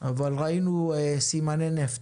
אבל ראינו סימני נפט,